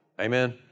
Amen